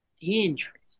Interesting